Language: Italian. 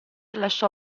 lasciò